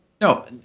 No